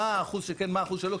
מה האחוז שכן, מה האחוז שלא.